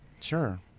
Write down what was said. Sure